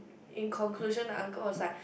in conclusion the uncle was like